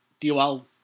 DOL